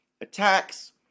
attacks